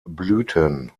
blüten